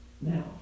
now